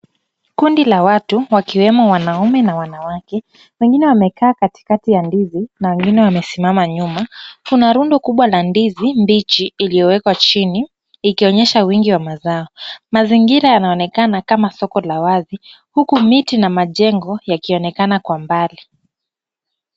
Kundi la watu wakiwemo wanaume na wanawake, wengine wamekaa katikati ya ndizi na wengine wamesimama nyuma. Kuna rundo kubwa la ndizi mbichi iliyowekwa chini ikionyesha wingi wa mazao. Mazingira yaonekana kama soko la wazi, huku miti na mijengo yakionekana kwa mbali.